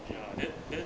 ya then then